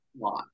lot